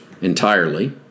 entirely